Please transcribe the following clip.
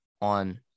on